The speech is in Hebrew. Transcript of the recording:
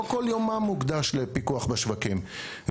לא כל יומם מוקדש לפיקוח בשווקים.